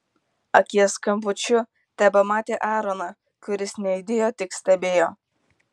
akies kampučiu tebematė aaroną kuris nejudėjo tik stebėjo